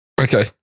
Okay